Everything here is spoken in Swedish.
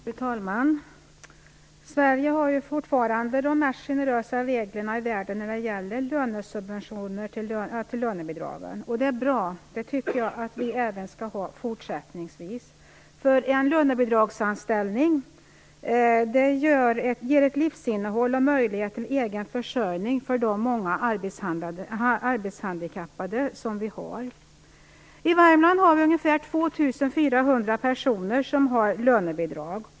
Fru talman! Sverige har fortfarande de mest generösa reglerna i världen när det gäller lönebidrag. Det är bra och det tycker jag att vi skall ha även fortsättningsvis. En lönebidragsanställning ger ett livsinnehåll och möjlighet till egen försörjning för de många arbetshandikappade som finns. I Värmland finns det ungefär 2 400 personer som har lönebidrag.